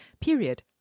period